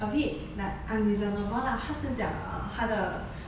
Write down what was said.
a bit like unreasonable lah 他是讲 uh 她的